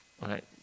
right